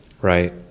Right